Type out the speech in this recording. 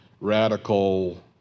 radical